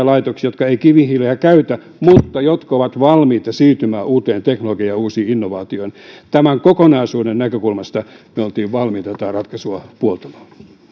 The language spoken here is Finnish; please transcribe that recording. laitoksia jotka eivät kivihiiltä käytä mutta jotka ovat valmiita siirtymään uuteen teknologiaan ja uusiin innovaatioihin tämän kokonaisuuden näkökulmasta me olimme valmiita tätä ratkaisua puoltamaan